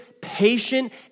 patient